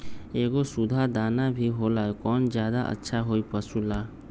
एगो सुधा दाना भी होला कौन ज्यादा अच्छा होई पशु ला?